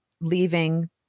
leaving